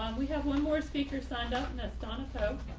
and we have one more speaker signed up miss donna coke